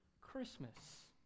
Christmas